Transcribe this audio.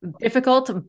difficult